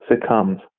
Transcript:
succumbs